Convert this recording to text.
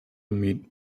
meet